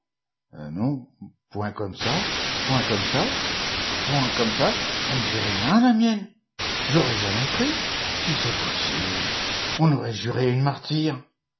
non point comme ça pomt comme ça point comme ça ail n dit rien la mienne j'aurais jamais cru si c'est possible on aurait juré une martyre